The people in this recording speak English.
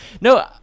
No